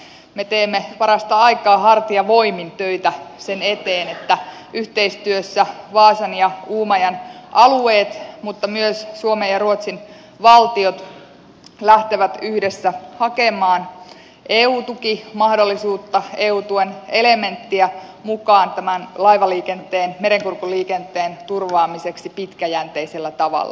me teemme parasta aikaa hartiavoimin töitä sen eteen että yhteistyössä vaasan ja uumajan alueet mutta myös suomen ja ruotsin valtiot lähtevät yhdessä hakemaan eu tukimahdollisuutta eu tuen elementtiä mukaan tämän laivaliikenteen merenkurkun liikenteen turvaamiseksi pitkäjänteisellä tavalla